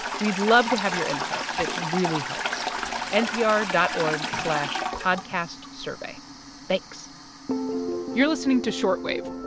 we'd love to have your input. it really helps npr dot org slash podcastsurvey. thanks you're listening to short wave